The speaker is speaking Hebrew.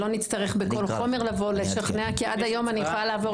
שלא נצטרך לבוא בכל חומר ולשכנע כי עד היום אני יכולה לעבור